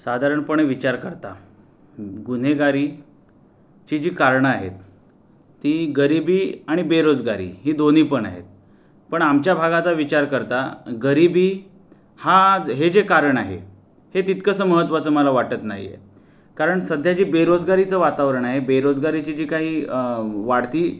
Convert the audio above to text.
साधारणपणे विचार करता गुन्हेगारीची जी कारणं आहेत ती गरीबी आणि बेरोजगारी ही दोन्ही पण आहेत पण आमच्या भागाचा विचार करता गरीबी हाज् हे जे कारण आहे हे तितकंसं महत्त्वाचं मला वाटत नाही आहे कारण सध्या जी बेरोजगारीचं वातावरण आहे बेरोजगारीची जी काही वाढती